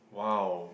wow